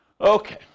Okay